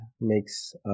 makes